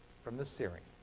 from the serine.